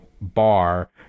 bar